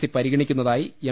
C പരിഗണിക്കുന്നതായി M